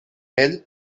ell